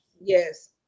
Yes